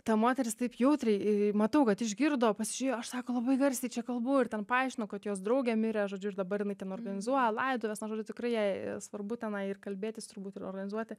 ta moteris taip jautriai į į matau kad išgirdo pasižiūrėjo aš sako labai garsiai čia kalbu ir ten paaiškino kad jos draugė mirė žodžiu ir dabar jinai ten organizuoja laidotuves nu žodžiu tikrai jai svarbu tenai ir kalbėtis turbūt ir organizuoti